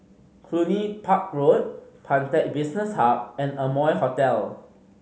Cluny Park Road Pantech Business Hub and Amoy Hotel